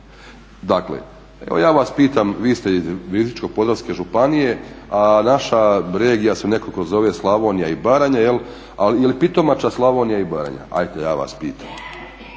Dakle, evo ja vas pitam vi ste iz Virovitičko-podravske županije a naša regija se nekako zove Slavonija i Baranja, a jeli Pitomača Slavonija i Baranja, ajte ja vas pitam